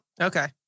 Okay